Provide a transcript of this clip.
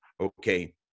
okay